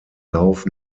lauf